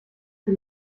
für